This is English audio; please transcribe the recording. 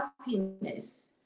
happiness